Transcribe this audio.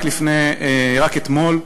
רק אתמול,